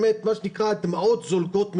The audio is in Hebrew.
מה שנקרא הדמעות זולגות מעיני.